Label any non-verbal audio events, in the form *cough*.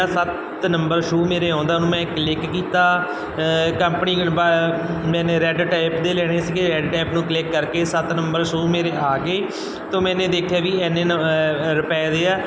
ਸੱਤ number show ਮੇਰੇ ਆਉਂਦਾ ਉਹਨੂੰ ਮੈਂ ਕਲਿੱਕ ਕੀਤਾ ਕੰਪਨੀ *unintelligible* ਮੈਨੇ ਰੈਡ ਟੇਪ ਦੇ ਲੈਣੇ ਸੀਗੇ ਰੈਡ ਟੇਪ ਨੂੰ ਕਲਿੱਕ ਕਰਕੇ ਸੱਤ ਨੰਬਰ ਸ਼ੂਅ ਮੇਰੇ ਆ ਗਏ ਤਾਂ ਮੈਨੇ ਦੇਖਿਆ ਵੀ ਇੰਨੇ *unintelligible* ਰੁਪਏ ਦੇ ਆ